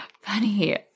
Funny